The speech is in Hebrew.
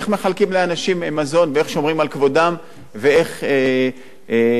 כבודם ואיך עושים את זה בצורה נאותה.